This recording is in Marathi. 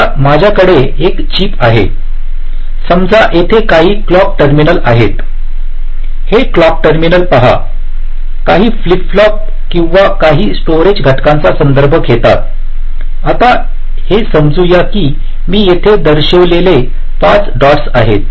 समजा माझ्याकडे एक चिप आहे समजा येथे काही क्लॉक टर्मिनल आहेत हे क्लॉक टर्मिनल पहा काही फ्लिप फ्लॉप किंवा काही स्टोरेज घटकांचा संदर्भ घेतात आता हे समजू या की मी येथे दर्शविलेले 5 डॉट्स आहेत